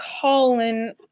Colin